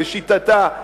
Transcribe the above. לשיטתה,